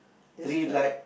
the stripe